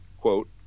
quote